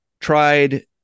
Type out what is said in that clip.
tried